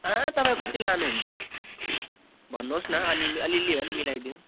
अँ तपाईँ कति लानुहुन्छ भन्नुहोस् अनि अलिअलि मिलाइदिनु